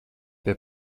pie